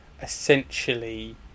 essentially